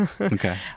okay